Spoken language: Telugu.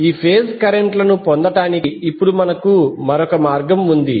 ఈ ఫేజ్ కరెంట్లను పొందటానికి ఇప్పుడు మనకు మరొక మార్గం ఉంది